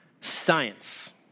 science